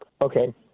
Okay